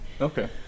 Okay